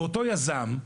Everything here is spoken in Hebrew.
ואותו יזם,